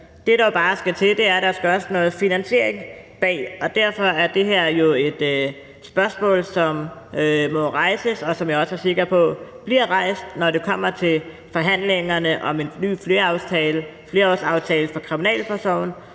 er noget finansiering bag det, og derfor er det her jo et spørgsmål, som må rejses, og som jeg også er sikker på bliver rejst, når det kommer til forhandlingerne om en ny flerårsaftale for kriminalforsorgen.